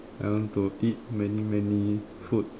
I want to eat many many food